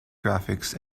graphics